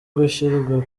gushyirwa